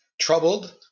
troubled